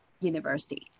university